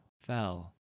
fell